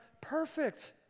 perfect